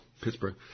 Pittsburgh